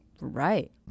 right